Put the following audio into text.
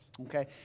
Okay